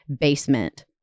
basement